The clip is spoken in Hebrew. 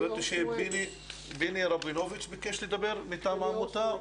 אני מבין שפיני רבינוביץ' ביקש לדבר מטעם העמותה,